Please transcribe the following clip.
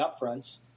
upfronts